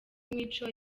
mico